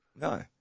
No